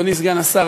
אדוני סגן השר,